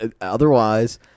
Otherwise